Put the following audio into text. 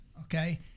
Okay